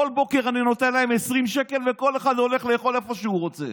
כל בוקר אני נותן להן 20 שקל וכל אחד הולך לאכול איפה שהוא רוצה.